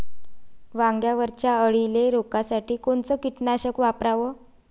वांग्यावरच्या अळीले रोकासाठी कोनतं कीटकनाशक वापराव?